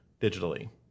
digitally